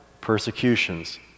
persecutions